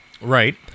Right